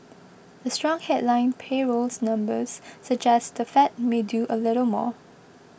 the strong headline payrolls numbers suggest the Fed may do a little more